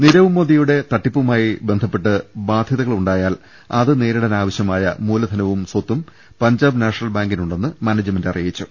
നിരവ് മോദിയുടെ തട്ടിപ്പുമായി ബന്ധപ്പെട്ട് ബാധ്യതകളു ണ്ടായാൽ അത് നേരിടാനാവശ്യമായ മൂലധനവും സ്വത്തും പഞ്ചാബ് നാഷണൽ ബാങ്കിനുണ്ടെന്ന് മാനേജ്മെന്റ് അറി യിച്ചു